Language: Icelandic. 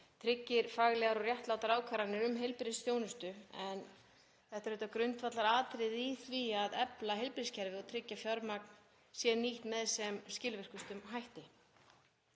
tryggir faglegar og réttlátar ákvarðanir um heilbrigðisþjónustu. Þetta er auðvitað grundvallaratriðið í því að efla heilbrigðiskerfið og tryggja að fjármagn sé nýtt með sem skilvirkustum hætti.